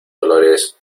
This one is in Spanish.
dolores